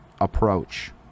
approach